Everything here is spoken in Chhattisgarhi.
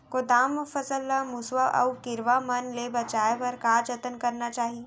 गोदाम मा फसल ला मुसवा अऊ कीरवा मन ले बचाये बर का जतन करना चाही?